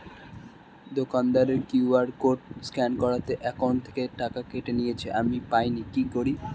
দোকানের QR code scan করাতে account থেকে টাকা কেটে নিয়েছে, আমি পাইনি কি করি?